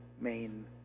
main